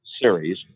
series